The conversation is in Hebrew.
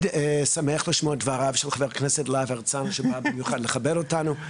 שמח לשמוע את דבריו של חבר הכנסת להב הרצנו שבא במיוחד לכבד אותנו.